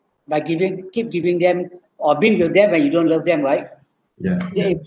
by giving keep giving them or being with them when you don't love them right then you